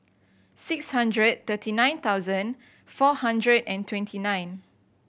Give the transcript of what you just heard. six hundred thirty nine thousand four hundred and twenty nine